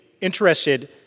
interested